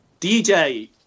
dj